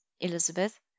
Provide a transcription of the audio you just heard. Elizabeth